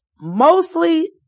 mostly